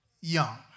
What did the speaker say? young